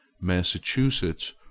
massachusetts